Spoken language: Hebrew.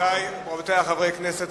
רבותי חברי הכנסת,